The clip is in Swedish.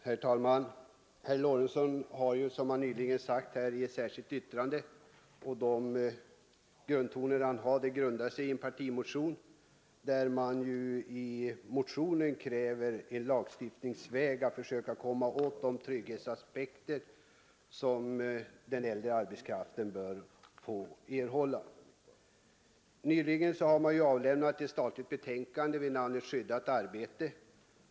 Herr talman! Herr Lorentzon har nyss sagt att hans särskilda yttrande grundar sig på en partimotion där man kräver att frågan om den äldre arbetskraftens trygghet skall lösas lagstiftningsvägen. Utredningsbetänkandet ”Skyddat arbete” har nyligen avlämnats.